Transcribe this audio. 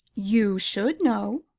you should know.